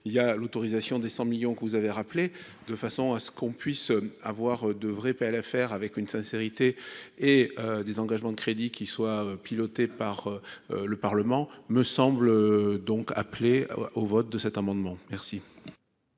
il y a l'autorisation des 100 millions que vous avez rappelé de façon à ce qu'on puisse avoir de vrais l'affaire avec une sincérité et des engagements de crédit qui soient, piloté par le Parlement me semble donc appeler au vote de cet amendement, merci.